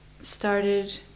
started